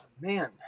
Man